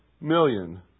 million